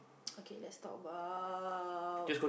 okay let's talk about